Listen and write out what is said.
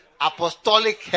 apostolic